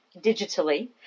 digitally